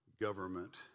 government